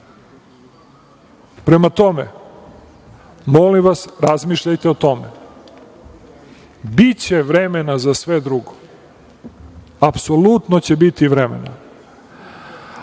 košta. Prema tome, molim vas, razmišljajte o tome. Biće vremena za sve drugo. Apsolutno će biti vremena.